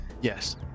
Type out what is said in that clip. Yes